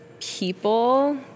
people